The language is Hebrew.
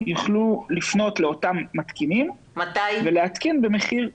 יוכלו לפנות לאותם מתקינים ולהתקין במחיר מופחת.